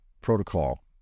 protocol